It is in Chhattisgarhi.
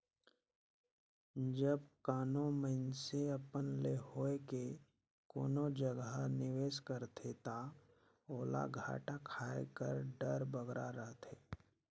जब कानो मइनसे अपन ले होए के कोनो जगहा निवेस करथे ता ओला घाटा खाए कर डर बगरा रहथे